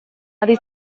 ari